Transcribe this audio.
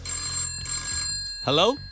Hello